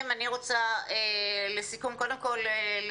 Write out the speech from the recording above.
חברים אני רוצה לסיכום קודם כל להודות